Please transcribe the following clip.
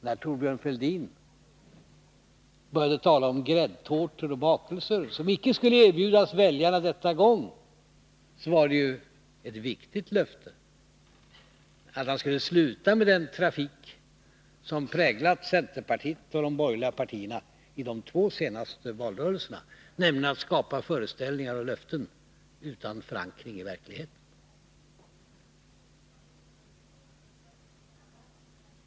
När Thorbjörn Fälldin nu talade om att gräddtårtor och bakelser icke skulle erbjudas väljarna denna gång, var det därför ett viktigt löfte, ett löfte att han skulle sluta med det som präglat centern och de borgerliga partierna i de två senaste valrörelserna, nämligen att skapa föreställningar och löften utan förankring i verkligheten.